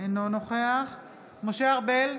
אינו נוכח משה ארבל,